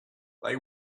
they